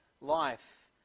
life